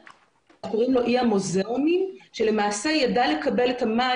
קוראים לו אי המוזיאונים שלמעשה ידע לקבל את המים